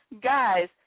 Guys